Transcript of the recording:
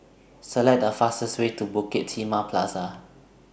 Select The fastest Way to Bukit Timah Plaza